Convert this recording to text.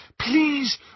Please